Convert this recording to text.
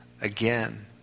again